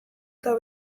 eta